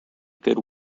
good